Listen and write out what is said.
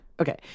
Okay